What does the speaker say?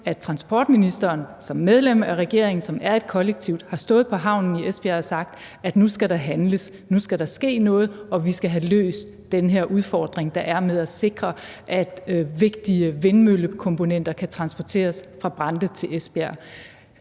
transportministeren som medlem af regeringen, som er et kollektiv, har stået på havnen i Esbjerg og sagt, at nu skal der handles, at nu skal der ske noget, og at vi skal have løst den her udfordring, der er med at sikre, at vigtige vindmøllekomponenter kan transporteres fra Brande til Esbjerg.